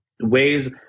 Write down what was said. ways